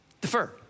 defer